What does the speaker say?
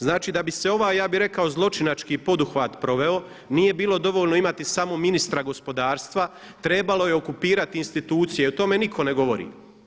Znači da bi se ovaj ja bih rekao zločinački poduhvat proveo nije bilo dovoljno imati samo ministra gospodarstva, trebalo je okupirati institucije, o tome nitko ne govori.